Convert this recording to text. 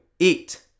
eat